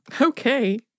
Okay